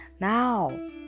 Now